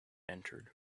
entered